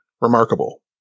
remarkable